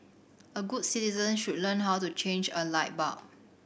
all good citizens should learn how to change a light bulb